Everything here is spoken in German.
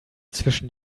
zwischen